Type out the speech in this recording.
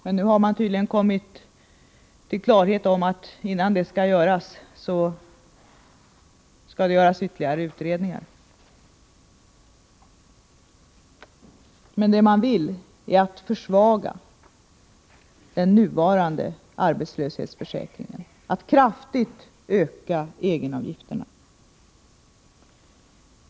Men nu har man tydligen kommit till klarhet och menar att det först måste göras ytterligare utredningar. Vad man vill är att försvaga den nuvarande arbetslöshetsförsäkringen genom att kraftigt öka egenavgifterna.